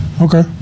Okay